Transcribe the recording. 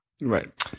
Right